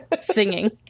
singing